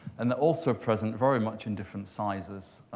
and they're also present very much in different sizes.